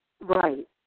right